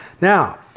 Now